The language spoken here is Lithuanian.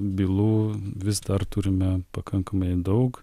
bylų vis dar turime pakankamai daug